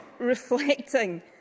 reflecting